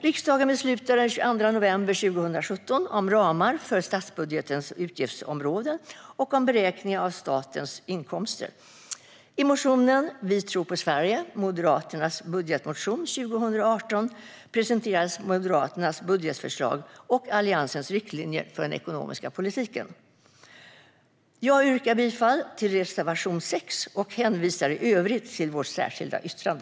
Riksdagen beslutade den 22 november 2017 om ramar för statsbudgetens utgiftsområden och om beräkning av statens inkomster. I motionen Vi tror på Sverige - Moderaternas budgetmotion 2018 presenterades Moderaternas budgetförslag och Alliansens riktlinjer för den ekonomiska politiken. Jag yrkar bifall till reservation 6 och hänvisar i övrigt till vårt särskilda yttrande.